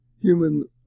human